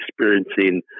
experiencing